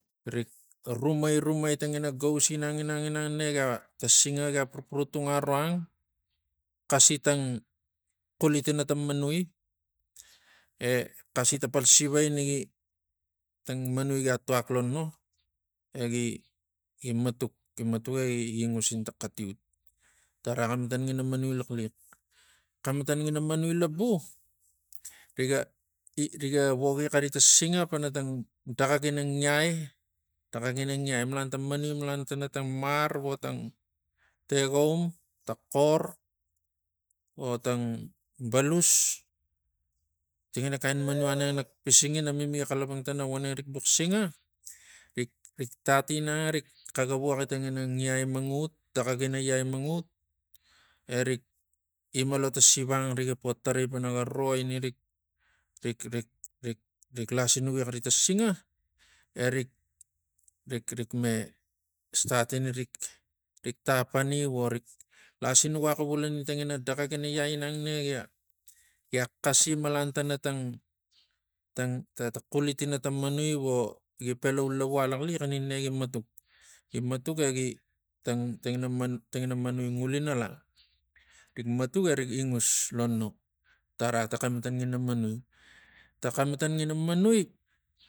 Rik rumai rumai tangina gaus ginang ginang tang singa gia purpurutung aroang xasi tang xulutina tang manuie xasi tapal siva inagi tang manui gi tuak lo no egi gi matuk gi matuk egi ingusini tang xatiut tara xamatan manui laxliax xamatan mana manui labu rig riga woki nois xaritang singa pana tang daxak ina ngiai saxaina ngiai malan tana manui malanatana tang mar ro tang tegaum ta kor tang balus tangina kain nois manuangeng nak pising hesitaion nami miga xalapangtana voneng rikbuk singa rik- rik tat ginang ngiai mangut erik ima lo tang sivang riga po tarai pana go ro ina rik- rik- rik- rik- rik lasingui karitang singa erik rik- rik- rik- rik me statina rik- rik tapani vorik lasinugi axuvulani tangina dacak ina ngiai ginang na gia xasi malantana tang tang ta gi matuk gi matuk egi tang tang tangina manui ngulina la nig matuk erik ingus lo no tara ta xamatan mana manui ta xematan againa manui.